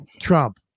Trump